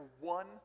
one